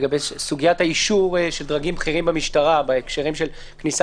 סוגיית האישור של דרגים בכירים במשטרה בהקשרים של כניסה